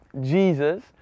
Jesus